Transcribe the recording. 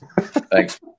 Thanks